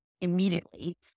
immediately